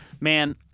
Man